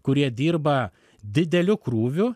kurie dirba dideliu krūviu